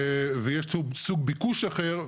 ויש סוג ביקוש אחר,